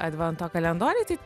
advento kalendoriai tai